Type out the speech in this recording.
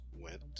went